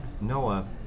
Noah